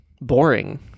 boring